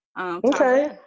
Okay